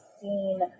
seen